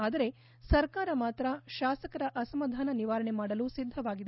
ಆದರೆ ಸರ್ಕಾರ ಮಾತ್ರ ಶಾಸಕರ ಅಸಮಾಧಾನ ನಿವಾರಣೆ ಮಾಡಲು ಸಿದ್ದವಾಗಿದೆ